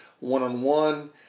one-on-one